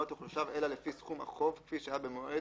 לא תחושב אלא לפי סכום החוב כפי שהיה במועד